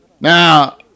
Now